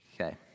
Okay